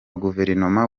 guverinoma